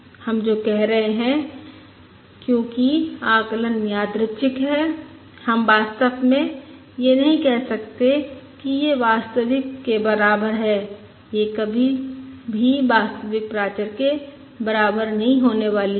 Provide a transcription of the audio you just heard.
हम जो कह रहे हैं क्योंकि आकलन यादृच्छिक है हम वास्तव में यह नहीं कह सकते कि यह वास्तविक के बराबर है यह कभी भी वास्तविक प्राचर के बराबर नहीं होने वाली है